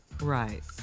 Right